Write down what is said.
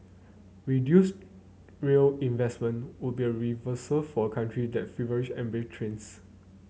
reduced rail investment would be a reversal for a country that feverishly embraced trains